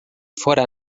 fóra